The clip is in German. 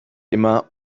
immer